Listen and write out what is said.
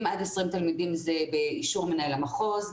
עד 20 תלמידים באישור מנהל המחוז,